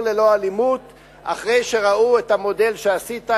ללא אלימות"; אחרי שראו את המודל שעשית.